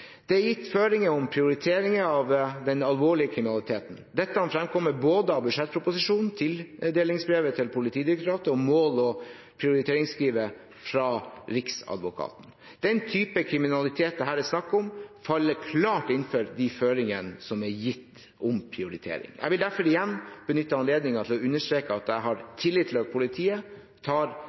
Det er gitt føringer om prioriteringer av den alvorlige kriminaliteten. Dette fremkommer både av budsjettproposisjonen, av tildelingsbrevet til Politidirektoratet om mål og av prioriteringsskrivet fra Riksadvokaten. Den typen kriminalitet det her er snakk om, faller klart innenfor de føringene som er gitt om prioritering. Jeg vil derfor igjen benytte anledningen til å understreke at jeg har tillit til at politiet tar